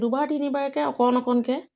দুবাৰ তিনিবাৰকৈ অকণ অকণকৈ